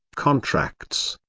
contracts,